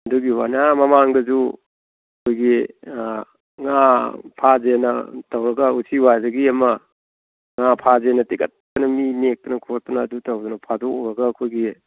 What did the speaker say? ꯑꯗꯨꯒꯤ ꯋꯥꯅꯦ ꯑꯥ ꯃꯃꯥꯡꯗꯁꯨ ꯑꯩꯈꯣꯏꯒꯤ ꯉꯥ ꯐꯥꯁꯦꯅ ꯇꯧꯔꯒ ꯎꯆꯤꯋꯥꯗꯒꯤ ꯑꯃ ꯉꯥ ꯐꯥꯁꯦꯅ ꯇꯤꯡꯈꯠꯇꯅ ꯃꯤ ꯅꯦꯛꯇꯅ ꯈꯣꯠꯇꯅ ꯑꯗꯨ ꯇꯧꯗꯅ ꯐꯥꯗꯣꯛꯎꯔꯒ ꯑꯩꯈꯣꯏꯒꯤ